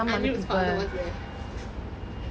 anirudh's father was there